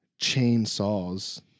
chainsaws